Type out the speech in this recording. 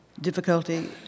difficulty